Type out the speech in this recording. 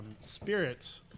spirit